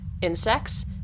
insects